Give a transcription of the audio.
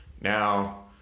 Now